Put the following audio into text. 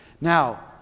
Now